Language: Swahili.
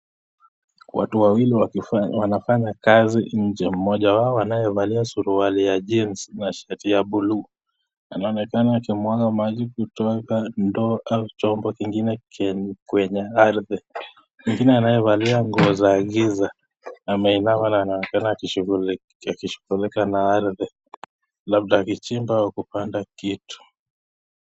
Watu wawili wanafanya kazi nje, mmoja wao anayevalia suruali ya jeans na shati ya buluu anaonekana akimwaga mwaga kutoka ndoo au chombo kingine kwenye ardhi, mwingine anayevalia nguo za giza ameinama na anaonekana akishughulika na ardhi labda akichimba au kupanda kitu.